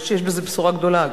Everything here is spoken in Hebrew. אני חושבת שיש בזה בשורה גדולה.